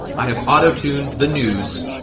i have auto-tuned the news.